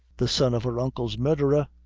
the son of her uncle's murdherer?